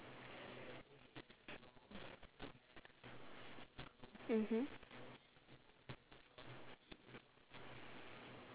mmhmm